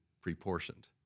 pre-portioned